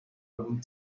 algún